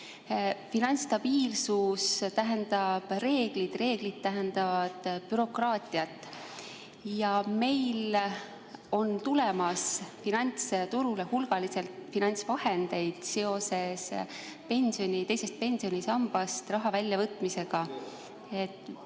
Finantsstabiilsus tähendab reegleid, reeglid tähendavad bürokraatiat. Meil on finantsturule tulemas hulgaliselt finantsvahendeid seoses teisest pensionisambast raha väljavõtmisega.